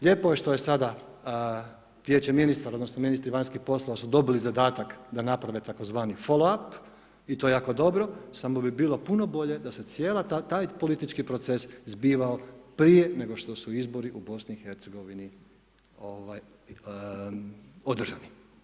Lijepo je što je sada Vijeće ministara, odnosno ministri vanjskih poslova su dobili zadatak da naprave tzv. full ap i to je jako dobro samo bi bilo puno bolje da se cijeli taj politički proces zbivao prije nego što su izbori u BiH održani.